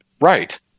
Right